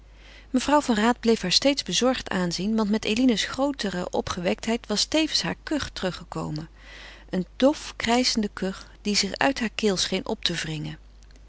mevrouw van raat bleef haar steeds bezorgd aanzien want met eline's grootere opgewektheid was tevens haar kuch teruggekomen een dof krijschende kuch die zich uit hare keel scheen op te wringen